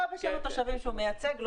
בא בשם התושבים שהוא מייצג,